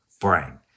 brain